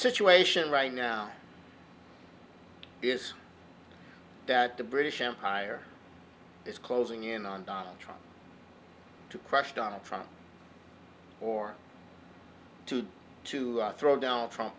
situation right now is that the british empire is closing in on donald trump to crush donald trump or to to throw down from